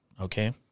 okay